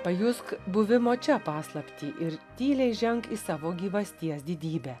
pajusk buvimo čia paslaptį ir tyliai įženk į savo gyvasties didybę